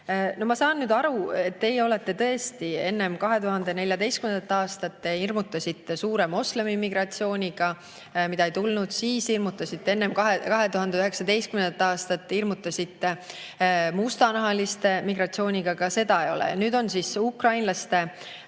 ma saan nüüd aru, et teie olete tõesti ... Enne 2014. aastat te hirmutasite suure moslemiimmigratsiooniga, mida ei tulnud. Siis, enne 2019. aastat te hirmutasite mustanahaliste migratsiooniga – ka seda ei ole. Nüüd on siis ukrainlaste